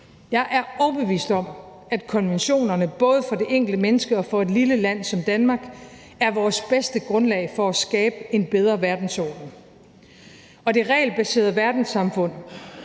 Jeg er overbevist om, at konventionerne, både for det enkelte menneske og for et lille land som Danmark, er vores bedste grundlag for at skabe en bedre verdensorden. Det regelbaserede verdenssamfund